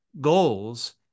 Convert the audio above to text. goals